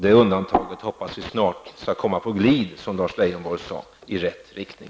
Det undantaget hoppas vi snart skall komma på glid, som Lars Leijonborg sade, i rätt rikting.